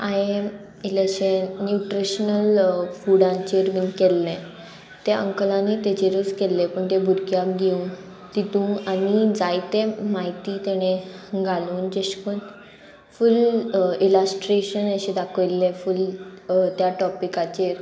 हांये इल्लेशें न्युट्रिशनल फुडांचेर बीन केल्ले ते अंकलांनी तेजेरूच केल्ले पूण ते भुरग्यांक घेवन तितू आनी जायते म्हायती तेणे घालून जेश कोन फूल इलास्ट्रेशन अशें दाखयल्लें फूल त्या टॉपिकाचेर